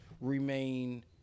remain